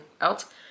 else